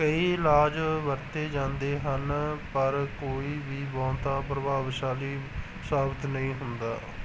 ਕਈ ਇਲਾਜ ਵਰਤੇ ਜਾਂਦੇ ਹਨ ਪਰ ਕੋਈ ਵੀ ਬਹੁਤਾ ਪ੍ਰਭਾਵਸ਼ਾਲੀ ਸਾਬਤ ਨਹੀਂ ਹੁੰਦਾ